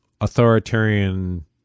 authoritarian